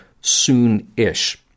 soon-ish